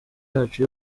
yacu